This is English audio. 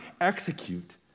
execute